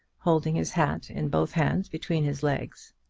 holding his hat in both hands between his legs.